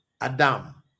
adam